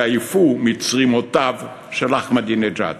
שעייפו מצרימותיו של אחמדינג'אד.